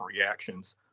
reactions